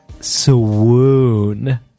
swoon